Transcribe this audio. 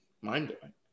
mind-blowing